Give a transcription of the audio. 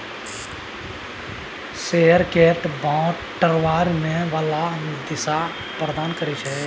share केर बंटवारा बला दामक हिसाब सँ शेयर प्रीमियम बेचल जाय छै